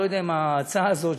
אני לא יודע אם ההצעה הזאת,